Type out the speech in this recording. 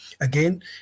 again